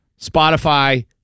Spotify